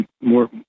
more